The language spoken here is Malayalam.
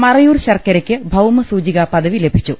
മറയൂർ ശർക്കരക്ക് ഭൌമസൂചികാ പദവി ലഭിച്ചു